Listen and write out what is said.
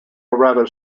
rather